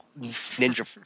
ninja